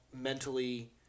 mentally